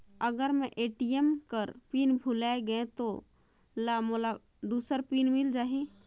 अगर मैं ए.टी.एम कर पिन भुलाये गये हो ता मोला दूसर पिन मिल जाही?